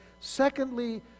Secondly